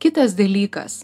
kitas dalykas